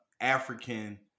African